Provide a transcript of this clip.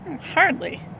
Hardly